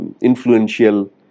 influential